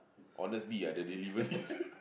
honestbee ah the delivery